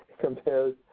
compares